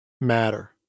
matter